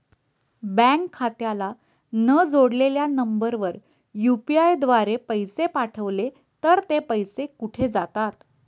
Bank खात्याला न जोडलेल्या नंबरवर यु.पी.आय द्वारे पैसे पाठवले तर ते पैसे कुठे जातात?